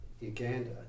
Uganda